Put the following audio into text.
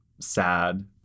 sad